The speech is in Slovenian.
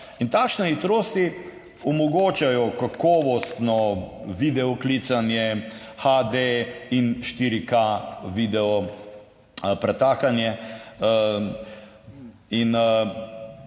Takšne hitrosti omogočajo kakovostno videoklicanje, HD in 4K video pretakanje.